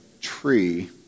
tree